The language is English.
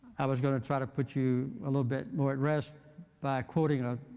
i was going to try to put you a little bit more at rest by quoting